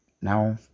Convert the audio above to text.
now